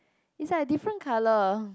it's like a different colour